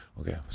okay